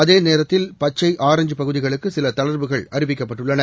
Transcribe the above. அதேநேரத்தில் ஆரஞ்ச் பச்சை பகுதிகளுக்கு சில தளா்வுகள் அறிவிக்கப்பட்டுள்ளன